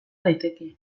daiteke